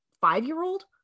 five-year-old